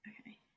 Okay